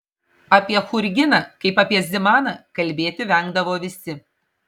apie churginą kaip apie zimaną kalbėti vengdavo visi